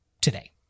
today